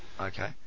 Okay